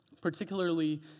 particularly